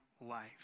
life